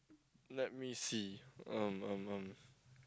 let me see um um um